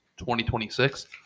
2026